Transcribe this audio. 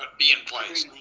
but be in place.